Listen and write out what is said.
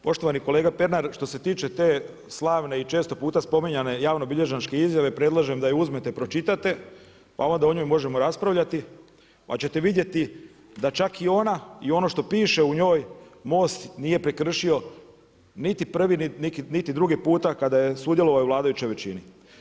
Poštovani kolega Pernar, što se tiče te slavne i često puta spominjane javnobilježničke izjave predlažem da je uzmete pročitate pa onda o njoj možemo raspravljati pa ćete vidjeti da čak i ona i ono što piše u njoj, MOST nije prekršio niti prvi, niti drugi puta kada je sudjelovao u vladajućoj većini.